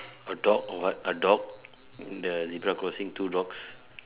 a dog or what a dog the zebra crossing two dogs